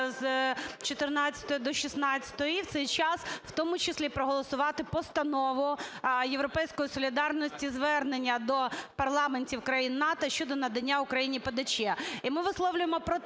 з 14 до 16. І в цей час в тому числі проголосувати постанову, "Європейської солідарності" звернення до парламентів країн НАТО щодо надання Україні ПДЧ. І ми висловлюємо протест